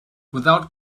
without